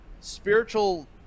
spiritual